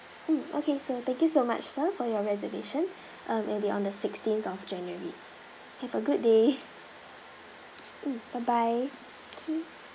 mm okay so thank you so much sir for your reservation err it'll be on the sixteenth of january have a good day bye bye